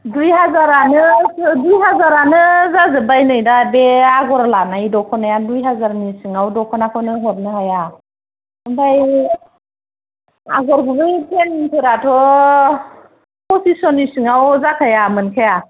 दुइ हाजारानो दुइ हाजारानो जाजोबबाय नै दा बे आगर लानाय दख'नाया दुइ हाजारनि सिङाव दख'नाखौनो हरनो हाया ओमफ्राय आगर गुबै फ्लेनफोराथ' पच्चि सनि सिंयाव जाखाया मोनखाया